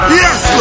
yes